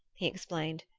he explained,